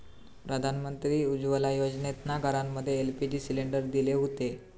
प्रधानमंत्री उज्ज्वला योजनेतना घरांमध्ये एल.पी.जी सिलेंडर दिले हुते